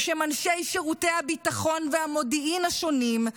בשם אנשי שירותי הביטחון והמודיעין השונים,